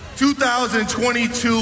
2022